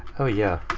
oh yeah.